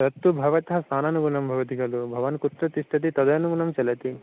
तत्तु भवतः स्थानानुगुणं भवति खलु भवान् कुत्र तिष्ठति तदनुगुणं चलति